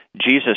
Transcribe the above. Jesus